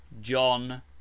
John